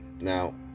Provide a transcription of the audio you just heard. Now